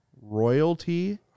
royalty